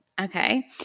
Okay